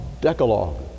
Decalogue